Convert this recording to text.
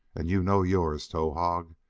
and you know yours, towahg,